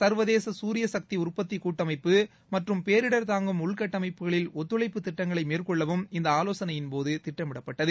சர்வதேச சூரிய சக்தி உற்பத்தி கூட்டப்பு மற்றும் பேரிடர் தாங்கும் உள்கட்டமைப்புகளில் ஒத்துழைப்பு திட்டங்களை மேற்கொள்ளவும் இந்த ஆலோசனையின் போது திட்டமிடப்பட்டது